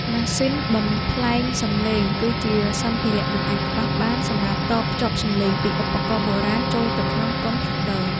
ម៉ាស៊ីនបំប្លែងសំឡេង គឺជាសម្ភារៈមិនអាចខ្វះបានសម្រាប់តភ្ជាប់សំឡេងពីឧបករណ៍បុរាណចូលទៅក្នុងកុំព្យូទ័រ។